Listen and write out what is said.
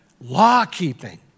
law-keeping